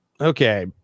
Okay